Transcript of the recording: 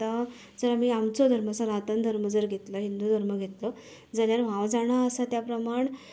आतां जर आमी आमचो धर्म सनातन धर्म जर घेतलो हिंदू धर्म घेतलो जाल्यार हांव जाणा आसा त्या प्रमाण